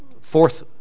fourth